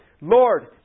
Lord